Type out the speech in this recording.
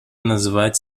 назвать